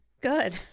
Good